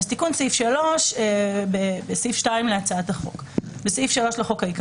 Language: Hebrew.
תיקון סעיף 3 2. בסעיף 3 לחוק העיקרי,